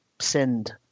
send